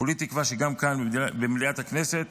כולי תקווה שגם כאן במליאת הכנסת